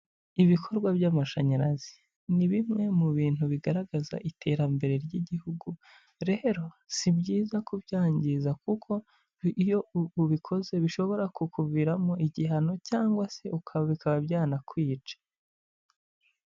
Ibikorwa by'amashanyarazi, ni bimwe mu bintu bigaragaza iterambere ry'igihugu, rero si byiza kubyangiza, kuko iyo ubikoze bishobora kukuviramo igihano, cyangwa se bikaba byanakwica.